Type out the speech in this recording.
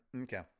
Okay